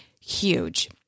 huge